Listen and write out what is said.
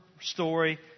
story